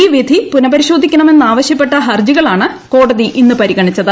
ഈ വിധി പുനപരിശോധിക്കണമെന്നപേക്ഷിച്ച ഹർജികളാണ് കോടതി ഇന്ന് പരിഗണിച്ചത്